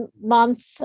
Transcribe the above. Month